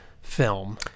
film